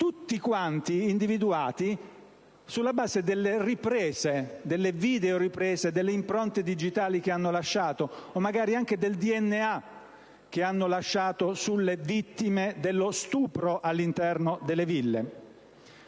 tutti quanti individuati sulla base delle videoriprese, del rilevamento delle impronte digitali o, magari, anche del DNA che hanno lasciato sulle vittime di stupro all'interno delle ville.